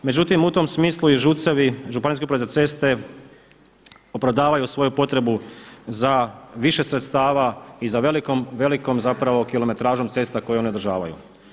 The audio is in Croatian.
Međutim u tom smislu i ŽUC-evi, Županijske uprave za ceste, opravdavaju svoju potrebu za više sredstava i za velikom, velikom zapravo kilometražom cesta koju oni održavaju.